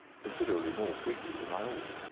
considerably more freely than i ought.